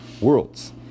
worlds